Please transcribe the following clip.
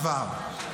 עבר.